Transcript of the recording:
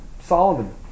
Solomon